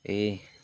এই